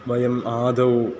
वयम् आदौ